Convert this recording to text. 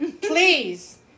please